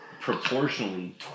proportionally